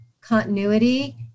continuity